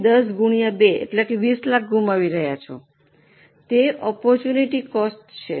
તેથી 10 x 2 તમે 20 લાખ ગુમાવી રહ્યા છો તે આપર્ટૂનટી કોસ્ટ છે